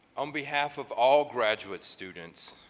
on behalf of all graduate students,